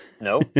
No